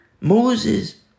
Moses